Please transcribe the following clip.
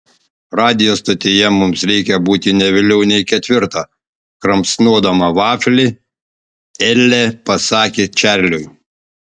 radijo stotyje mums reikia būti ne vėliau nei ketvirtą kramsnodama vaflį elė pasakė čarliui